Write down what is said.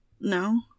No